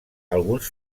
alguns